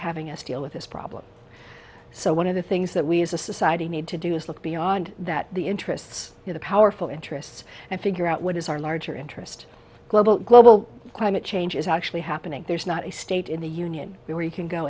having us deal with this problem so one of the things that we as a society need to do is look beyond that the interests of the powerful interests and figure out what is our larger interest global global climate change is actually happening there's not a state in the union where you can go